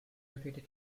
located